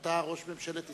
אתה ראש ממשלת ישראל.